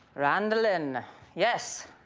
randoline, and yes,